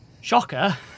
shocker